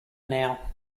now